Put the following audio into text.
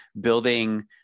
building